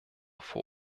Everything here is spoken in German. vor